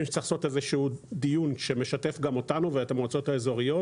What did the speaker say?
שצריך לעשות איזשהו דיון שמשתף גם אותנו ואת המועצות האזוריות